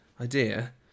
idea